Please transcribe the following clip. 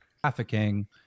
trafficking